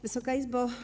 Wysoka Izbo!